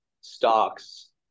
stocks